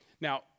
Now